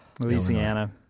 Louisiana